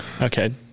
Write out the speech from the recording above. Okay